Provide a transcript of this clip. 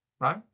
right